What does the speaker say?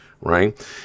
right